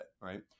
right